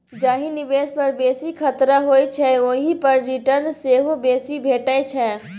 जाहि निबेश पर बेसी खतरा होइ छै ओहि पर रिटर्न सेहो बेसी भेटै छै